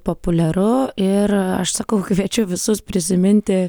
populiaru ir aš sakau kviečiu visus prisiminti